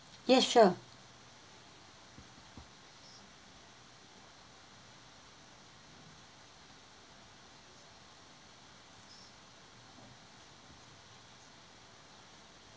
yes sure